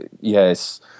yes